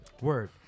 word